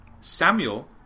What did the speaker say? Samuel